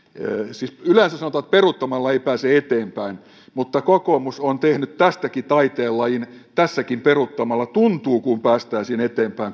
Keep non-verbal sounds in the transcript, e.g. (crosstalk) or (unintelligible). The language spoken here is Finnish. siis yleensä sanotaan että peruuttamalla ei pääse eteenpäin mutta kokoomus on tehnyt tästäkin taiteenlajin ja tässäkin tuntuu kuin peruuttamalla päästäisiin eteenpäin (unintelligible)